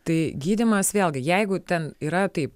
tai gydymas vėlgi jeigu ten yra taip